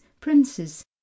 princes